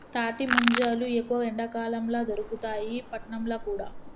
తాటి ముంజలు ఎక్కువ ఎండాకాలం ల దొరుకుతాయి పట్నంల కూడా